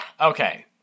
Okay